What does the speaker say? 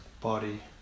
body